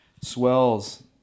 Swells